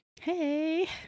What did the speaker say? Hey